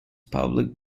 public